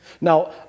Now